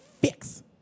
Fix